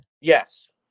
yes